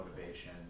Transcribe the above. motivation